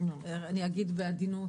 אני אגיד בעדינות,